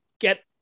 get